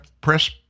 press